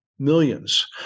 millions